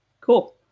Cool